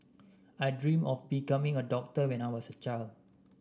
I dreamt of becoming a doctor when I was a child